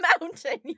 mountain